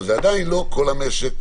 אבל זה עדיין לא כל המשק.